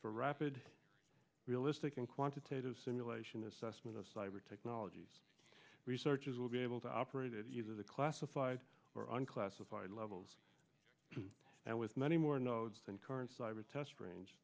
for rapid realistic and quantitative simulation assessment of cyber technologies researchers will be able to operate at either the classified or unclassified levels and with many more nodes